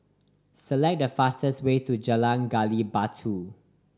select the fastest way to Jalan Gali Batu